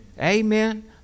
Amen